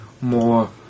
more